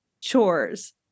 chores